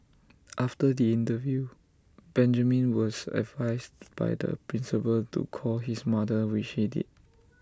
after the interview Benjamin was advised by the principal to call his mother which he did